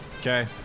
Okay